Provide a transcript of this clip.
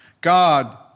God